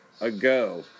ago